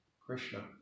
Krishna